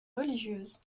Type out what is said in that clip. religieuses